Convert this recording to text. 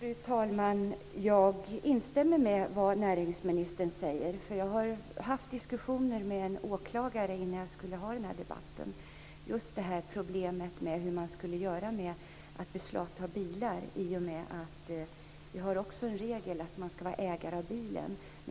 Fru talman! Jag instämmer med vad näringsministern säger. Jag har haft diskussioner med en åklagare innan jag skulle ha den här debatten om just problemet med att beslagta bilar, eftersom vi också har en regel att man ska vara ägare av bilen.